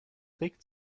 regt